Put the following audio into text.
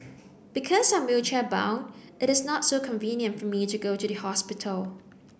because I'm wheelchair bound it is not so convenient for me to go to the hospital